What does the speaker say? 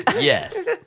Yes